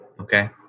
Okay